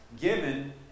given